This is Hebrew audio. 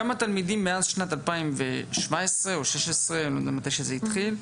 כמה תלמידים מאז שנת 2017 או 2016 מתי שזה התחיל,